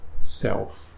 self